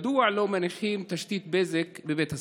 מדוע לא מניחים תשתית בזק בבית הספר?